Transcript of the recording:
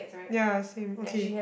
ya same okay